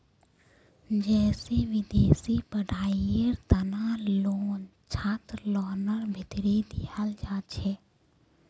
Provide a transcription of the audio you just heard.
जैसे विदेशी पढ़ाईयेर तना लोन छात्रलोनर भीतरी दियाल जाछे